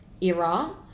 era